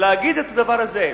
שיגיד את הדבר הזה: